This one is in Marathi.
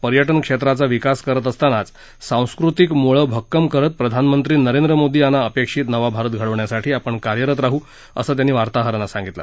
पर्यटन क्षेत्राचा विकास करत असतानाच सांस्कृतिक मुळं भक्कम करत प्रधानमंत्री नरेंद्र मोदी यांना अपेक्षीत नवा भारत घडवण्यासाठी आपण कार्यरत राहू असं त्यांनी वार्ताहरांना सांगितलं